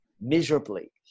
miserably